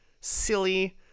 silly